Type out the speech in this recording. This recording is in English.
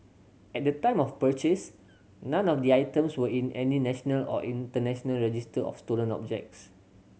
at the time of purchase none of the items were in any national or international register of stolen objects